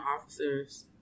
officers